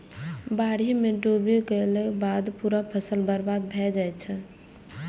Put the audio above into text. बाढ़ि मे डूबि गेलाक बाद पूरा फसल बर्बाद भए जाइ छै